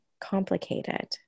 complicated